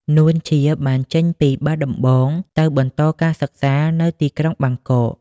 នួន ជា បានចេញពីបាត់ដំបងទៅបន្តការសិក្សានៅទីក្រុងបាងកក។